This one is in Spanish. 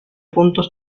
puntos